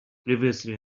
previously